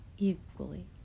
Equally